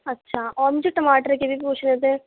اچھا اور مجھے ٹماٹر کے بھی پوچھنے تھے